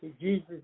jesus